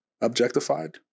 objectified